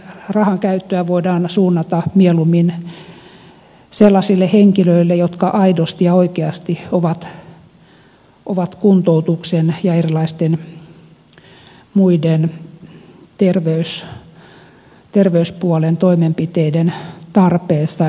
rahankäyttöä voidaan suunnata mieluummin sellaisille henkilöille jotka aidosti ja oikeasti ovat kuntoutuksen ja erilaisten muiden terveyspuolen toimenpiteiden tarpeessa